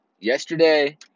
Yesterday